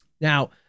Now